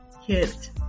hit